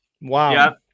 Wow